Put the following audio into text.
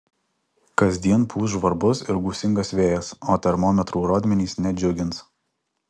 kasdien pūs žvarbus ir gūsingas vėjas o termometrų rodmenys nedžiugins